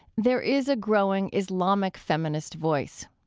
there is a growing islamic feminist voice.